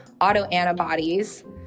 autoantibodies